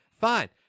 Fine